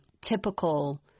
typical